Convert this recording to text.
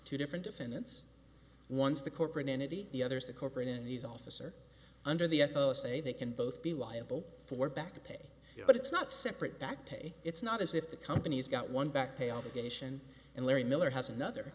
two different defendants once the corporate entity the others the corporate entities officer under the say they can both be liable for back pay but it's not separate back today it's not as if the company's got one back pay obligation and larry miller has another